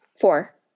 four